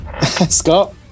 Scott